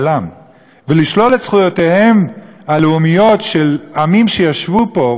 ולשלול את זכויותיהם הלאומיות של עמים שישבו פה ושיושבים פה,